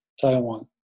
Taiwan